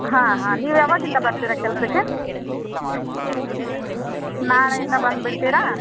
ಹಾಂ ಹಾಂ ನೀವು ಯಾವಾಗಿಂದ ಬರ್ತೀರಾ ಕೆಲ್ಸಕ್ಕೆ ನಾಳೆಯಿಂದ ಬಂದ್ಬಿಡ್ತಿರಾ